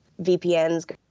VPNs